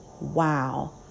wow